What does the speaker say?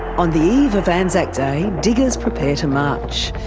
on the eve of anzac day, diggers prepare to march.